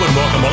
welcome